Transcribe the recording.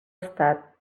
estat